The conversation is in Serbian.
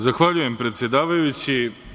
Zahvaljujem, predsedavajući.